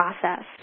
process